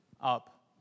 up